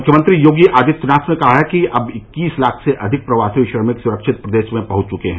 मुख्यमंत्री योगी आदित्यनाथ ने कहा कि अब तक इक्कीस लाख से अधिक प्रवासी श्रमिक सुरक्षित प्रदेश में पहुंच चुके हैं